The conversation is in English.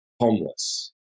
Homeless